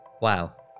Wow